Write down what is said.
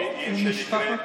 ממשפחת,